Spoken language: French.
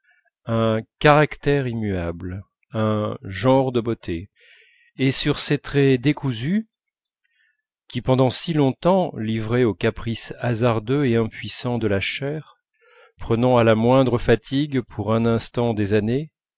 un caractère immuable un genre de beauté et sur ses traits décousus qui pendant si longtemps livrés aux caprices hasardeux et impuissants de la chair prenant à la moindre fatigue pour un instant des années